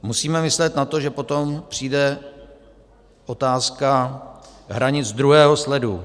Musíme myslet na to, že potom přijde otázka hranic druhého sledu.